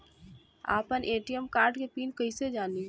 आपन ATM card के PIN कईसे जानी?